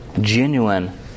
genuine